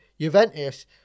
Juventus